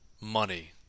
money